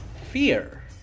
Fear